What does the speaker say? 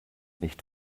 nicht